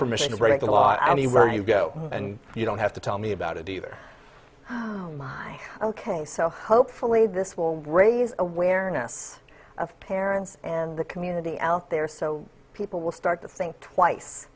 permission to break the law i mean very you go and you don't have to tell me about it either ok so hopefully this will raise awareness of parents and the community out there so people will start to think twice